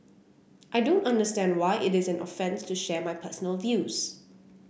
I don't understand why it is an offence to share my personal views